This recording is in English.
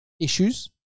issues